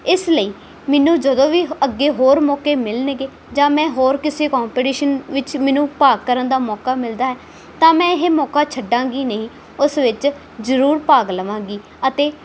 ਇਸ ਲਈ ਮੈਨੂੰ ਜਦੋਂ ਵੀ ਹ ਅੱਗੇ ਹੋਰ ਮੌਕੇ ਮਿਲਣਗੇ ਜਾਂ ਮੈਂ ਹੋਰ ਕਿਸੇ ਕੋਂਪੀਟੀਸ਼ਨ ਵਿੱਚ ਮੈਨੂੰ ਭਾਗ ਕਰਨ ਦਾ ਮੌਕਾ ਮਿਲਦਾ ਤਾਂ ਮੈਂ ਇਹ ਮੌਕਾ ਛੱਡਾਂਗੀ ਨਹੀਂ ਉਸ ਵਿੱਚ ਜ਼ਰੂਰ ਭਾਗ ਲਵਾਂਗੀ ਅਤੇ